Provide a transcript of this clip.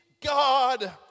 God